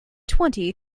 twenty